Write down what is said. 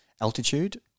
altitude